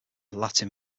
latin